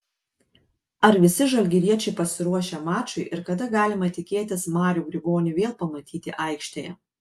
ar visi žalgiriečiai pasiruošę mačui ir kada galima tikėtis marių grigonį vėl pamatyti aikštėje